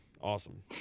Awesome